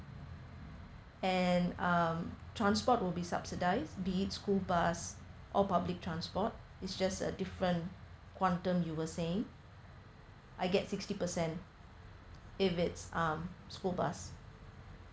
and um transport will be subsidize be it school bus or public transport it's just a different quantum you were saying I get sixty percent if it's um school bus